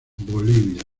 bolivia